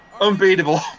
Unbeatable